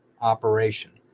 operation